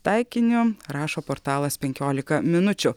taikiniu rašo portalas penkiolika minučių